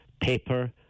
Paper